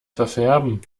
verfärben